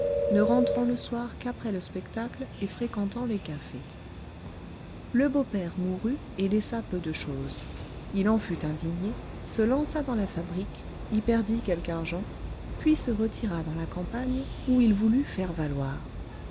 ne rentrant le soir qu'après le spectacle et fréquentant les cafés le beau-père mourut et laissa peu de chose il en fut indigné se lança dans la fabrique y perdit quelque argent puis se retira dans la campagne où il voulut faire valoir